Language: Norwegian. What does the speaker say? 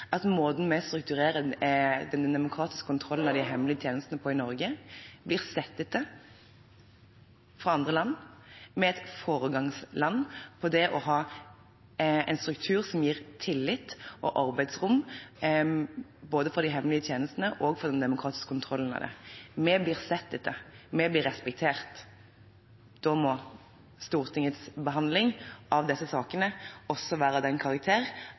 at måten vi strukturerer den demokratiske kontrollen av de hemmelige tjenestene på i Norge, blir sett på av andre land. Vi er et foregangsland på det å ha en struktur som gir tillit og arbeidsrom for både de hemmelige tjenestene og den demokratiske kontrollen av dem. Vi blir sett på, vi blir respektert. Da må Stortingets behandling av disse sakene også være av en slik karakter